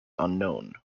unknown